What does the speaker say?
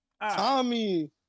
tommy